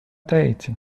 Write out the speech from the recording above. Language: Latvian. teici